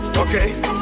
Okay